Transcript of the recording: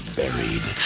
buried